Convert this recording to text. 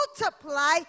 multiply